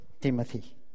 Timothy